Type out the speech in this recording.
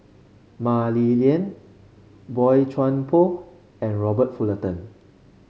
Mah Li Lian Boey Chuan Poh and Robert Fullerton